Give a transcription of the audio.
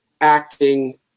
acting